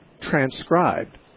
transcribed